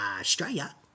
Australia